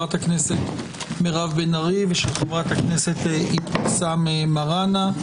מירב בן ארי ואבתיסאם מראענה.